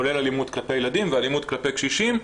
כולל אלימות כלפי ילדים ואלימות כלפי קשישים,